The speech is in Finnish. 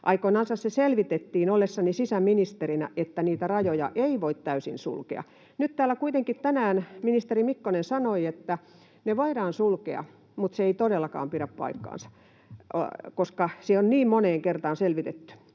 aikoinansa se selvitettiin ollessani sisäministerinä, että niitä rajoja ei voi täysin sulkea. Nyt täällä kuitenkin tänään ministeri Mikkonen sanoi, että ne voidaan sulkea, mutta se ei todellakaan pidä paikkaansa, koska se on niin moneen kertaan selvitetty.